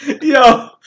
Yo